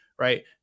Right